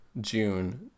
june